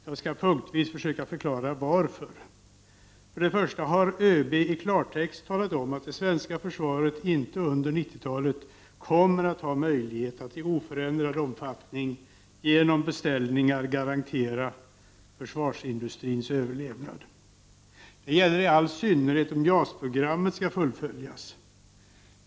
Jag skall försöka förklara varför. ÖB har i klartext talat om att det svenska försvaret under 90-talet inte kommer att ha möjlighet att i oförändrad omfattning genom beställningar garantera försvarsindustrins överlevnad. Detta gäller i all synnerhet om JAS-programmet skall fullföljas.